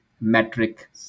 metric